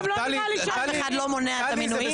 גם לא נראה לי --- אף אחד לא מונע את המינויים.